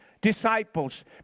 disciples